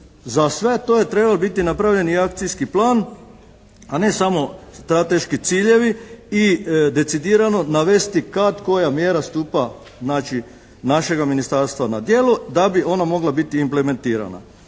za sve to je trebao biti napravljen i akcijski plan a ne samo strateški ciljevi i decidirano navesti kad koja mjera stupa, znači našega ministarstva na djelo da bi ona mogla biti implementirana.